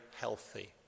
healthy